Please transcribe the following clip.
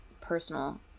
personal